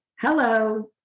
Hello